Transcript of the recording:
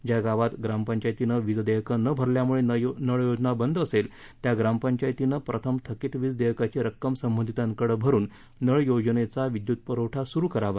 ज्या गावात ग्रामपंचायतीनं वीज देयक न भरल्यामुळे नळ योजना बंद असेल त्या ग्रामपंचायतीनं प्रथम थकीत वीज देयकाची रक्कम संबंधिताकडे भरून नळ योजनेचा विद्युत पुरवठा सुरू करावा